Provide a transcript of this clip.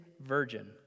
virgin